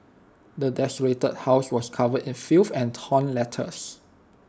the desolated house was covered in filth and torn letters